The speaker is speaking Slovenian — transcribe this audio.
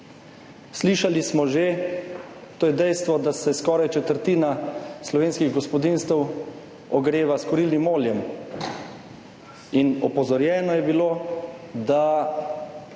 Slišali smo že, to je dejstvo, da se skoraj četrtina slovenskih gospodinjstev ogreva s kurilnim oljem in opozorjeno je bilo, da